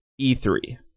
E3